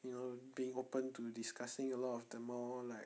you know being open to discussing a lot of the more like